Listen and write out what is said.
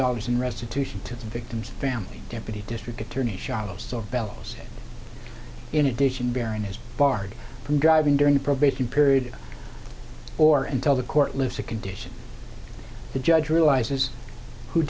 dollars in restitution to the victim's family deputy district attorney shallow so bellows in addition baron is barred from driving during the probation period or until the court lives a condition the judge realizes who